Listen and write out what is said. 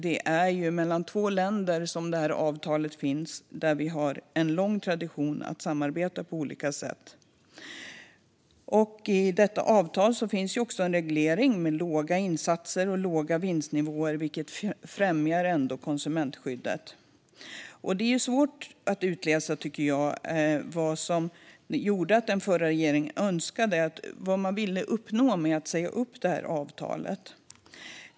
Det är mellan två länder som avtalet finns, och vi har där en lång tradition att samarbeta på olika sätt. I detta avtal finns också en reglering med låga insatser och låga vinstnivåer, vilket ändå främjar konsumentskyddet. Det är svårt att utläsa vad den förra regeringen önskade och ville uppnå med att säga upp avtalet.